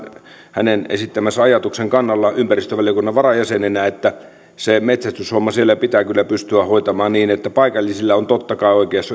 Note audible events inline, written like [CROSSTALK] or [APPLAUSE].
hänen esittämänsä ajatuksen kannalla ympäristövaliokunnan varajäsenenä että se metsästyshomma siellä pitää kyllä pystyä hoitamaan niin että paikallisilla on totta kai oikeus [UNINTELLIGIBLE]